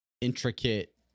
intricate